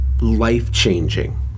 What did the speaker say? life-changing